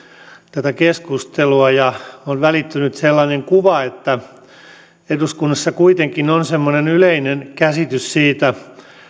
tätä keskustelua ja on välittynyt sellainen kuva että eduskunnassa kuitenkin on yleinen käsitys siitä